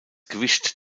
gewicht